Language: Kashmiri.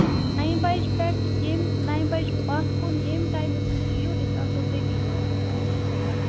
نَیہِ بَجہِ پیٚٹھ یم نَیہِ بَجہِ پَتھ کُن ییٚمہِ ٹایِمہٕ تُہۍ یِیِو أسۍ آسو تٔتی حٲظر تُہٕنٛدِس خدمَتَس مَنٛز